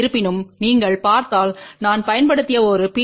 இருப்பினும் நீங்கள் பார்த்தால் நான் பயன்படுத்திய ஒரு பி